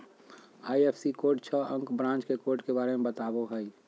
IFSC code छह अंक branch के कोड के बारे में बतावो हइ